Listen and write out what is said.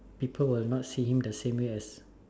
people will not see him the same way as